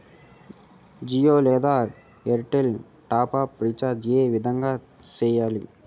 జియో లేదా Airtel top up recharge ఏ విధంగా సేయాలి